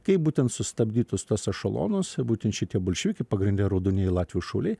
kaip būtent sustabdyt tuos tuos ešelonus būtent šitie bolševikai pagrinde raudonieji latvių šauliai